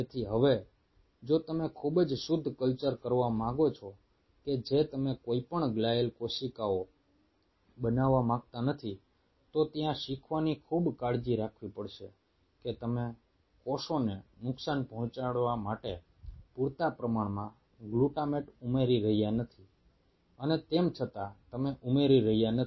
તેથી હવે જો તમે ખૂબ જ શુદ્ધ કલ્ચર કરવા માંગો છો કે જે તમે કોઈપણ ગ્લિઅલ કોશિકાઓ બનાવવા માંગતા નથી તો ત્યાં શીખવાની ખૂબ કાળજી રાખવી પડશે કે તમે કોષોને નુકસાન પહોંચાડવા માટે પૂરતા પ્રમાણમાં ગ્લુટામેટ ઉમેરી રહ્યા નથી અને તેમ છતાં તમે ઉમેરી રહ્યા નથી